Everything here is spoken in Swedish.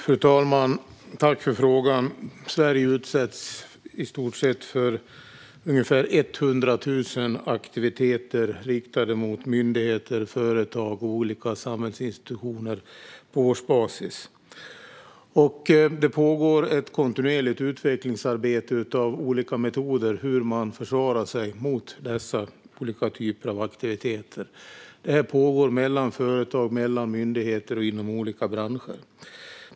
Fru talman! Tack för frågan, Kalle Olsson! Sverige utsätts på årsbasis för ungefär 100 000 aktiviteter riktade mot myndigheter, företag och olika samhällsinstitutioner. Det pågår ett kontinuerligt utvecklingsarbete av olika metoder för att försvara sig mot dessa aktiviteter. Det pågår mellan företag, mellan myndigheter och inom olika branscher.